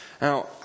Now